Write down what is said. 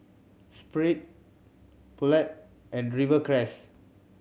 Sprit Poulet and Rivercrest